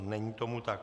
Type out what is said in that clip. Není tomu tak.